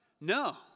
No